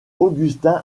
augustin